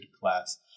class